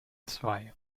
zwei